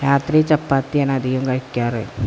രാത്രി ചപ്പാത്തിയാണധികവും കഴിക്കാറ്